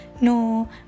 no